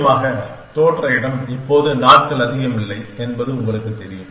முக்கியமாக தோற்ற இடம் இப்போது நாட்கள் அதிகம் இல்லை என்பது உங்களுக்குத் தெரியும்